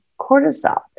cortisol